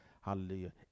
hallelujah